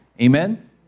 amen